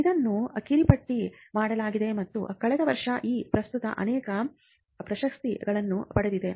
ಇದನ್ನು ಕಿರುಪಟ್ಟಿ ಮಾಡಲಾಗಿದೆ ಮತ್ತು ಕಳೆದ ವರ್ಷ ಈ ಪುಸ್ತಕ ಅನೇಕ ಪ್ರಶಸ್ತಿಗಳನ್ನು ಪಡೆದಿದೆ